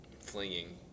flinging